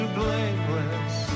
blameless